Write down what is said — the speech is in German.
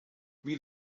wie